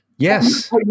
Yes